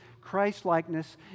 Christ-likeness